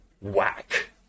whack